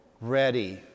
ready